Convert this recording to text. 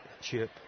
chip